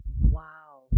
Wow